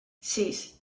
sis